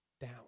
down